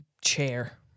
chair